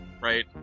right